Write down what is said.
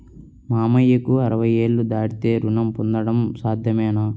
మామయ్యకు అరవై ఏళ్లు దాటితే రుణం పొందడం సాధ్యమేనా?